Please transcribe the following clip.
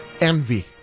Envy